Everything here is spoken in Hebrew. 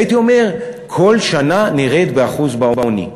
הייתי אומר, כל שנה נרד ב-1% בעוני.